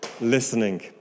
listening